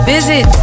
Visit